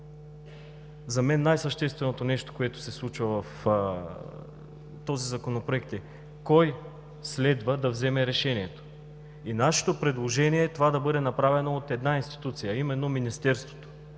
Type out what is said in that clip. За мен най-същественото нещо, което се случва в този законопроект, е: кой следва да вземе решението? И нашето предложение е това да бъде направено от една институция, а именно Министерството,